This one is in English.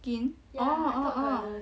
skin orh orh orh